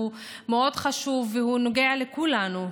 הוא מאוד חשוב והוא נוגע לכולנו.